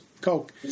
Coke